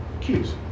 cues